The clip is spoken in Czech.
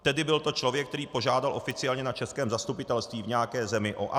Tedy byl to člověk, který požádal oficiálně na českém zastupitelství v nějaké zemi o azyl?